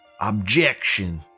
Objection